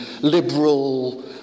liberal